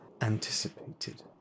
anticipated